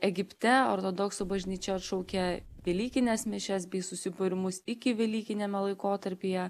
egipte ortodoksų bažnyčia atšaukia velykines mišias bei susibūrimus iki velykiniame laikotarpyje